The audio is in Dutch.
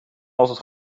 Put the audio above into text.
altijd